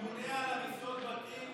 הממונה על הריסות בתים